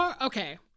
okay